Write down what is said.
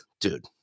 Dude